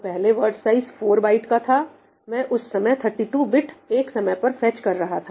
तो पहले word size 4 byte का था मैं उस समय 32 बिट् एक समय पर फेच कर रहा था